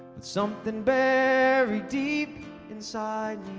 it's something buried deep inside